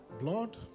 Blood